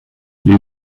les